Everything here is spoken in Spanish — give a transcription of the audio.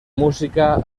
música